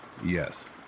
Yes